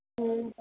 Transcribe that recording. हँ